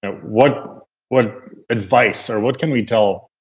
and what what advice or what can we tell